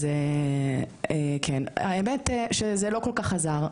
אז האמת שזה לא כל כך עזר.